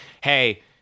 hey